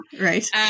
Right